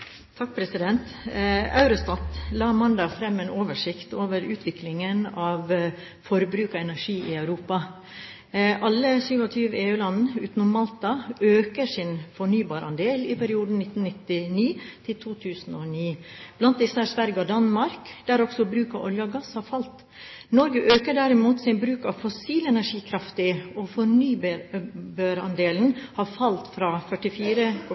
Eurostat la mandag fram en oversikt over utviklingen av forbruk av energi i Europa. Alle 27 EU-land, utenom Malta, øker sin fornybarandel i perioden 1999–2009. Blant disse er Sverige og Danmark, der også bruk av olje og gass har falt. Norge øker derimot sin bruk av fossil energi kraftig, og fornybarandelen har falt fra